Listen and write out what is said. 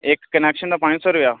इक कनैक्शन दा पंज सौ रपेआ